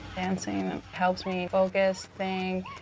dancing helps me focus, think,